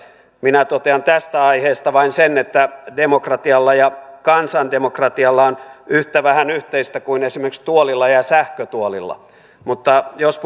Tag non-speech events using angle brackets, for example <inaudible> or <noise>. minä totean tästä aiheesta vain sen että demokratialla ja kansandemokratialla on yhtä vähän yhteistä kuin esimerkiksi tuolilla ja sähkötuolilla mutta jos <unintelligible>